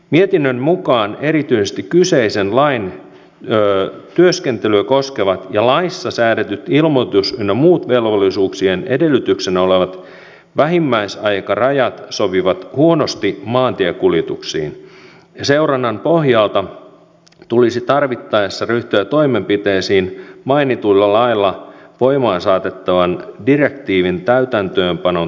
mietinnön mukaan erityisesti kyseisen lain työskentelyä koskevat ja laissa säädetyt ilmoitus ynnä muiden velvollisuuksien edellytyksenä olevat vähimmäisaikarajat sopivat huonosti maantiekuljetuksiin ja seurannan pohjalta tulisi tarvittaessa ryhtyä toimenpiteisiin mainituilla lailla voimaan saatettavan direktiivin täytäntöönpanon tehostamiseksi